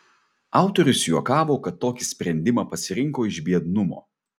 autorius juokavo kad tokį sprendimą pasirinko iš biednumo